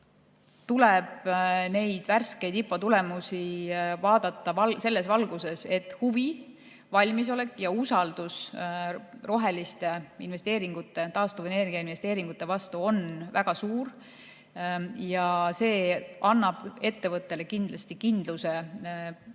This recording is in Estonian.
tuleb värskeid IPO tulemusi vaadata selles valguses, et huvi, valmisolek ja usaldus roheliste investeeringute, taastuvenergiainvesteeringute vastu on väga suur. See annab ettevõttele kindlasti kindluse plaanida